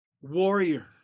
warrior